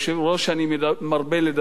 שאני מרבה לדבר עליו.